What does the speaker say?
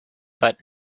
but